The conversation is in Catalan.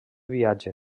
viatge